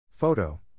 Photo